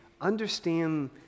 understand